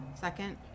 second